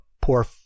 poor